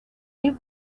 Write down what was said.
new